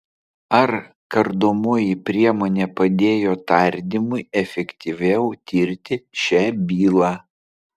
ar kardomoji priemonė padėjo tardymui efektyviau tirti šią bylą